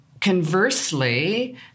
Conversely